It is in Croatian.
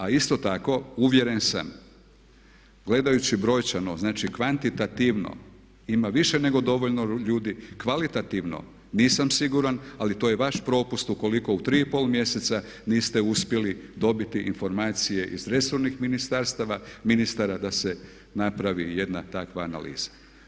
A isto tako uvjeren sam gledajući brojčano, znači kvantitativno ima više nego dovoljno ljudi, kvalitativno nisam siguran ali to je vaš propust ukoliko u 3,5 mjeseca niste uspjeli dobiti informacije iz resornih ministarstava ministara da se napravi jedna takva analiza.